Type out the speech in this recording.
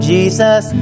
Jesus